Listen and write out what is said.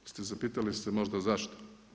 Jeste zapitali se možda zašto?